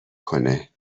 کنه